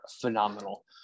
phenomenal